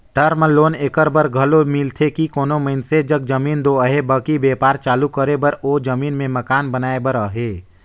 term loan एकर बर घलो मिलथे कि कोनो मइनसे जग जमीन दो अहे बकि बयपार चालू करे बर ओ जमीन में मकान बनाए बर अहे